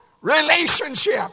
relationship